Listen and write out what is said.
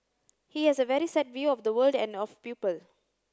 he has a very set view of the world and of people